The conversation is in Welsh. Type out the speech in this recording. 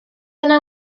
yna